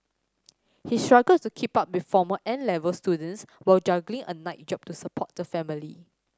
he struggled to keep up with former N Level students while juggling a night job to support the family